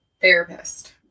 therapist